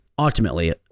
Ultimately